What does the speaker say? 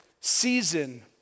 season